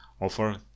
offer